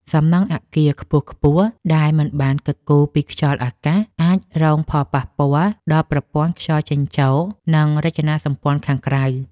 សំណង់អគារខ្ពស់ៗដែលមិនបានគិតគូរពីខ្យល់អាកាសអាចរងផលប៉ះពាល់ដល់ប្រព័ន្ធខ្យល់ចេញចូល និង រចនាសម្ព័ន្ធខាងក្រៅ។